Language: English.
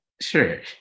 Sure